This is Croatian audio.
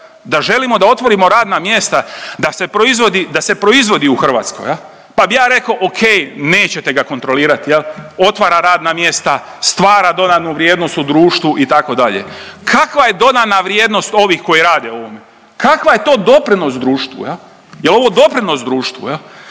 da želimo da otvorimo radna mjesta, da se proizvodi, da se proizvodi u Hrvatskoj, je li, pa bih ja rekao, okej, nećete ga kontrolirati, otvara radna mjesta, stvara dodanu vrijednost u društvu, itd., kakva je dodana vrijednost ovih koji rade u ovome? Kakva je to doprinos društvu? Je li ovo doprinos društvu?